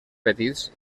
petits